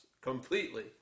completely